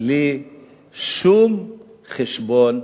בלי שום חשבון,